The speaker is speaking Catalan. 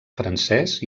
francès